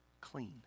clean